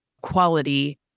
quality